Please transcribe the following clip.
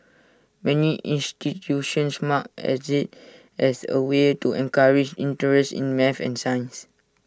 many institutions mark as IT as A way to encourage interest in math and science